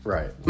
Right